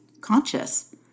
conscious